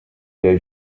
der